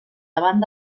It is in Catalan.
davant